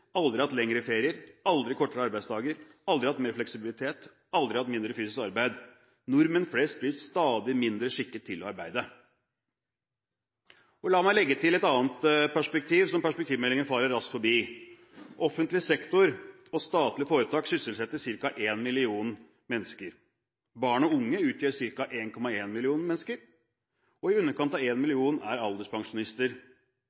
aldri har hatt lengre ferier, aldri har hatt kortere arbeidsdager, aldri har hatt mer fleksibilitet, aldri har hatt mindre fysisk arbeid. Nordmenn flest blir stadig mindre skikket til å arbeide. La meg legge til et annet perspektiv som perspektivmeldingen farer raskt forbi: Offentlig sektor og statlige foretak sysselsetter ca. 1 million mennesker. Barn og unge utgjør ca. 1,1 million mennesker, og i underkant av 1 million er alderspensjonister. Av en